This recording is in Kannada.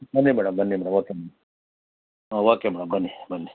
ಬನ್ನಿ ಮೇಡಮ್ ಬನ್ನಿ ಮೇಡಮ್ ಓಕೆ ಮೇಡಮ್ ಹಾಂ ಓಕೆ ಮೇಡಮ್ ಬನ್ನಿ ಬನ್ನಿ